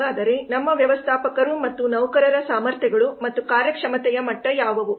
ಹಾಗಾದರೆ ನಮ್ಮ ವ್ಯವಸ್ಥಾಪಕರು ಮತ್ತು ನೌಕರರ ಸಾಮರ್ಥ್ಯಗಳು ಮತ್ತು ಕಾರ್ಯಕ್ಷಮತೆಯ ಮಟ್ಟ ಯಾವುವು